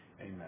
Amen